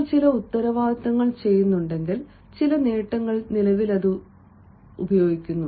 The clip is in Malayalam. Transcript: നിങ്ങൾ ചില ഉത്തരവാദിത്തങ്ങൾ ചെയ്യുന്നുണ്ടെങ്കിൽ ചില നേട്ടങ്ങൾ നിലവിൽ അത് ഉപയോഗിക്കുന്നു